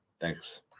thanks